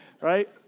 right